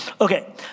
Okay